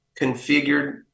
configured